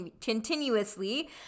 continuously